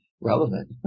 relevant